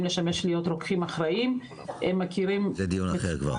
לשמש כרוקחים אחראיים -- זה דיון אחר.